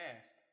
past